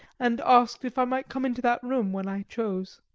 and asked if i might come into that room when i chose.